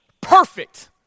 perfect